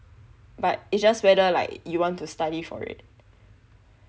but it's just whether like you want to study for it